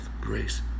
grace